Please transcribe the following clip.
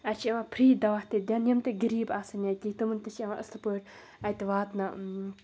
اَسہِ چھِ یِوان فِرٛی دَوا تہِ دِنہٕ یِم تہِ غریٖب آسَن یا تِتھۍ تِمَن تہِ چھِ اِوان اَصٕل پٲٹھۍ اَتہِ واتنہ